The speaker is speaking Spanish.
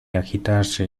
agitarse